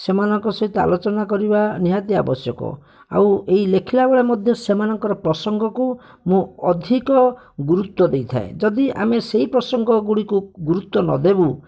ସେମାନଙ୍କ ସହିତ ଆଲୋଚନା କରିବା ନିହାତି ଆବଶ୍ୟକ ଆଉ ଏହି ଲେଖିଲା ବେଳେ ମଧ୍ୟ ସେମାନଙ୍କ ପ୍ରସଙ୍ଗକୁ ମୁଁ ଅଧିକ ଗୁରୁତ୍ୱ ଦେଇଥାଏ ଯଦି ଆମେ ସେହି ପ୍ରସଙ୍ଗ ଗୁଡ଼ିକୁ ଗୁରୁତ୍ୱ ନଦେବୁ